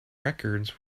records